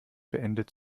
beendet